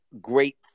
great